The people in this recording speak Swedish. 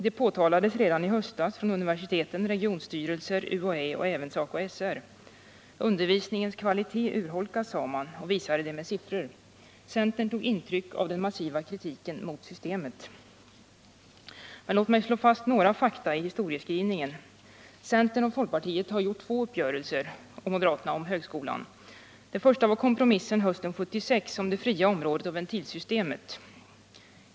Det påtalades redan i höstas från universiteten, regionstyrelser, UHÄ och även SACO/SR. Undervisningens kvalitet urholkas, sade man, och visade det med siffror. Centern tog intryck av den massiva kritiken mot systemet. Låt mig slå fast några fakta i historieskrivningen! Centern och folkpartiet har gjort två uppgörelser med moderaterna om högskolan. Den första var kompromissen hösten 1976 om det fria området och ventilsystemet.